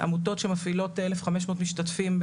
עמותות שמפעילות אלף חמש מאות משתתפים.